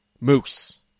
Moose